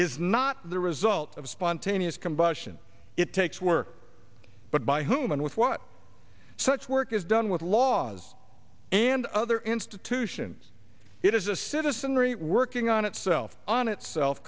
is not the result of spontaneous combustion it takes work but by whom and with what such work is done with laws and other institutions it is a citizenry working on itself on itself